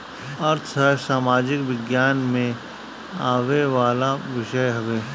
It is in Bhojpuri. अर्थशास्त्र सामाजिक विज्ञान में आवेवाला विषय हवे